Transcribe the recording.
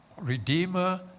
Redeemer